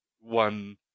One